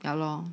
ya lor